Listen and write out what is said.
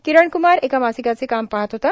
किरणक्मार एका मासिकाचे काम पाहत होता